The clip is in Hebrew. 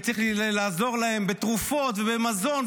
וצריך לעזור להם בתרופות ובמזון,